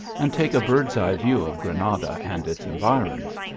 and take a bird s eye view of granada and its environs.